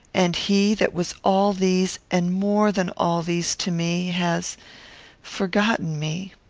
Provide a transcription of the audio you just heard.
and he that was all these, and more than all these, to me, has forgotten me.